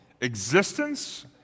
existence